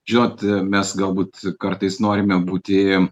žinot mes galbūt kartais norime būti